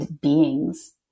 beings